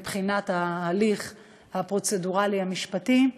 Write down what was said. מבחינת ההליך הפרוצדורלי המשפטי.